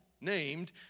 named